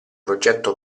progetto